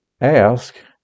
ask